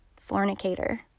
fornicator